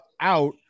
out